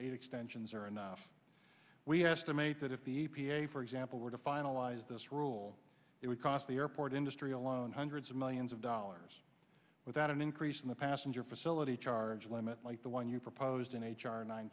enough extensions are enough we have to make that if the e p a for example were to finalize this rule it would cost the airport industry alone hundreds of millions of dollars without an increase in the passenger facility charge limit like the one you proposed in h r nine